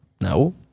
no